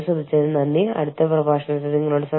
അടുത്ത സെഷനിൽ മാനവ വിഭവശേഷി പഠനം നമ്മൾ തുടരും